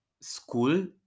school